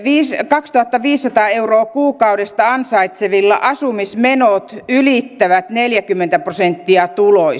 kaksituhattaviisisataa euroa kuukaudessa ansaitsevista asumismenot ylittävät neljäkymmentä prosenttia tuloista eli hyvin